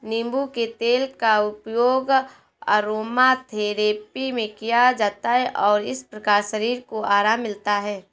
नींबू के तेल का उपयोग अरोमाथेरेपी में किया जाता है और इस प्रकार शरीर को आराम मिलता है